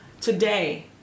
today